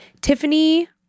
Tiffany